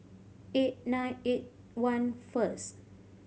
eight nine eight one first